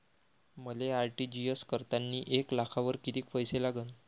मले आर.टी.जी.एस करतांनी एक लाखावर कितीक पैसे लागन?